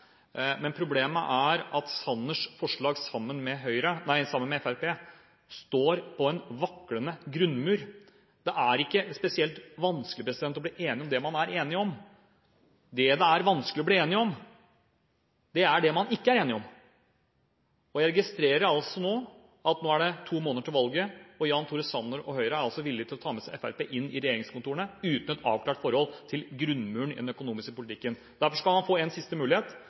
Men problemet er at Sanners forslag sammen med Fremskrittspartiet står på en vaklende grunnmur. Det er ikke spesielt vanskelig å bli enig om det man er enige om. Det det er vanskelig å bli enig om, er det man ikke er enige om. Jeg registrerer at det nå er to måneder til valget, og Jan Tore Sanner og Høyre er altså villige til å ta med seg Fremskrittspartiet inn i regjeringskontorene uten et avklart forhold til grunnmuren i den økonomiske politikken. Derfor skal han få én siste mulighet.